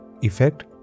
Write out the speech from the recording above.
effect